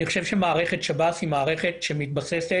אני חושב שמערכת שב"ס היא מערכת שמתבססת